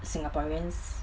singaporeans